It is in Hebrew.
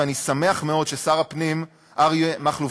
ואני שמח מאוד ששר הפנים אריה מכלוף